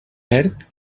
perd